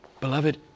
Beloved